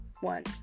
one